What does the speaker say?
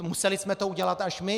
Museli jsme to udělat až my.